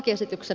kiitos